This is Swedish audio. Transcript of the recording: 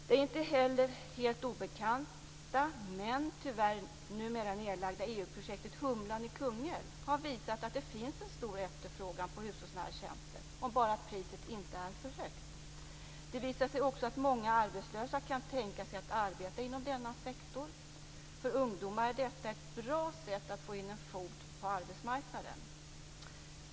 Det inte heller helt obekanta, men tyvärr numera nedlagda, EU-projektet Humlan i Kungälv har visat att det finns en stor efterfrågan på hushållsnära tjänster om priset bara inte är för högt. Det visar sig också att många arbetslösa kan tänka sig att arbeta inom denna sektor. För ungdomar är detta ett bra sätt att få in en fot på arbetsmarknaden.